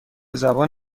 زبان